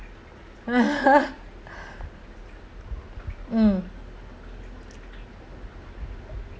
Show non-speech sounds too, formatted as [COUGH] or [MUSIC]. [LAUGHS] mm